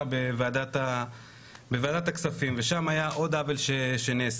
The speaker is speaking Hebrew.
בוועדת הכספים ושם היה עוד עוול שנעשה.